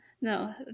No